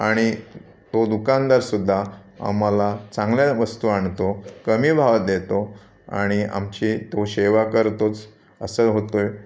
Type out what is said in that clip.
आणि तो दुकानदारसुद्धा आम्हाला चांगल्या वस्तू आणतो कमी भावात देतो आणि आमची तो सेवा करतोच असं होतो आहे